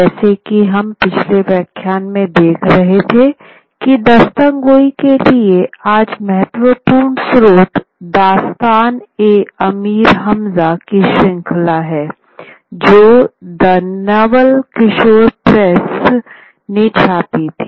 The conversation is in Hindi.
जैसा कि हम पिछले व्याख्यान में देख रहे थे कि दास्तानगोई के लिए आज महत्वपूर्ण स्रोत दास्तान ए अमीर हमजा की श्रृंखला है जो द नवल किशोर प्रेस ने छापी थी